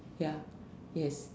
ya yes